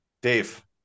Dave